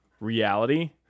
reality